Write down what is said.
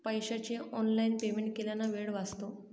पैशाचे online payment केल्याने वेळ वाचतो